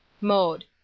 Mode